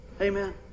Amen